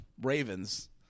Ravens